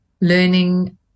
learning